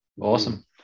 Awesome